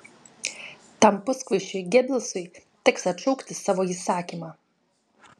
tam puskvaišiui gebelsui teks atšaukti savo įsakymą